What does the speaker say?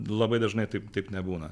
labai dažnai taip taip nebūna